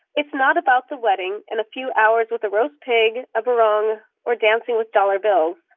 it's not about the wedding and a few hours with a roast pig, a barong or dancing with dollar bills,